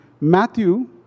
Matthew